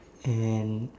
and